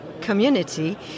community